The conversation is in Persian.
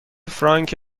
فرانک